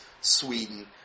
Sweden